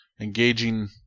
engaging